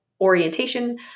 orientation